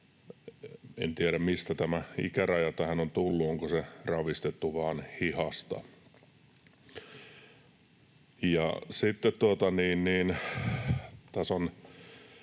En tiedä, mistä tämä ikäraja tähän on tullut, onko se ravistettu vain hihasta.